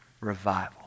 Revival